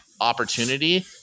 opportunity